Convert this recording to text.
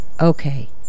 Okay